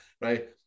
right